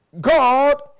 God